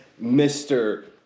Mr